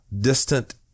distant